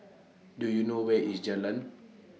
Do YOU know Where IS Jalan